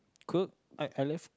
cook I I love